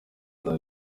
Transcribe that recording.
cyo